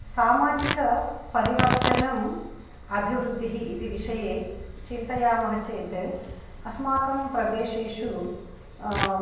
सामाजिकपरिवर्तनम् अभिवृद्धिः इति विषये चिन्तयामः चेत् अस्माकं प्रदेशेषु